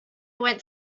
went